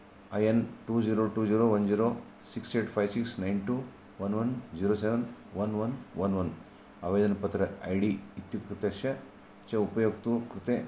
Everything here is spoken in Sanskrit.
I N two zero two zero one zero six eight five six nine two one one zero seven one one one one आवेदनपत्र ऐ डी इत्युक्तस्य च उपयोक्तुः कृते